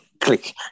click